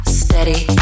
steady